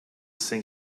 sink